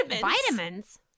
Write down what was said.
vitamins